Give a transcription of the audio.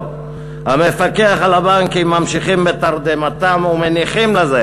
המפקח על הבנקים ממשיכים בתרדמתם ומניחים לזה.